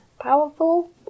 powerful